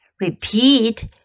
Repeat